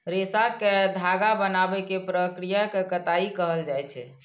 रेशा कें धागा बनाबै के प्रक्रिया कें कताइ कहल जाइ छै